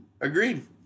Agreed